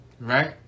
right